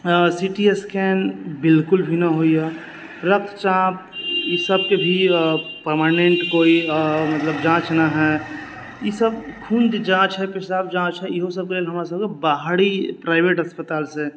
C T scan बिलकुल भी न होइए रक्तचाप ईसभके भी परमानेंट कोइ मतलब जाँच ना हइ ईसभ खूनके जाँच होइ पेशाब जाँच हइ इहोसभके लेल हमरासभके बाहरी प्राइवेट अस्पतालसँ